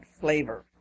flavor